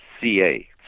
CA